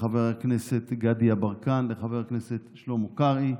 לחבר הכנסת גדי יברקן, לחבר הכנסת שלמה קרעי,